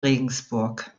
regensburg